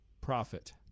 profit